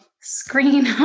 screen